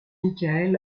michael